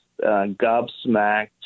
gobsmacked